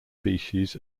species